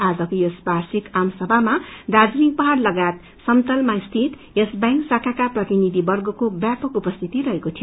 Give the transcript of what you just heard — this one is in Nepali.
आजको यस वार्षिक आमसभामा दार्जीलिङ पहाड़ लगायत समतलमा स्थित यस बैंक शाखाक्रो प्रतिनिधिहरूवर्गका व्यापक उपस्थिति रहेको थियो